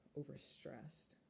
overstressed